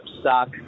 stock